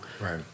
Right